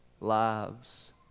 lives